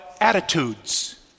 attitudes